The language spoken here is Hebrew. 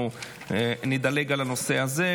אנחנו נדלג על הנושא הזה.